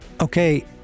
Okay